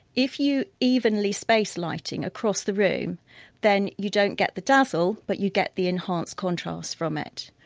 if you evenly space lighting across the room then you don't get the dazzle but you get the enhanced contrast from it.